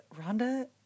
Rhonda